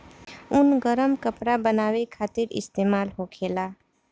ऊन गरम कपड़ा बनावे खातिर इस्तेमाल होखेला